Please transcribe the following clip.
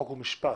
חוק ומשפט.